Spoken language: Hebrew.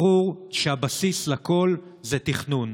ברור שהבסיס לכול זה תכנון,